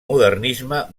modernisme